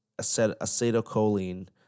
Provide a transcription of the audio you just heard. acetylcholine